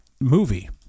movie